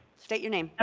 state your name. ah